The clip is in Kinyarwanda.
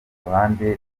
ruhande